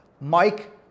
Mike